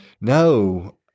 No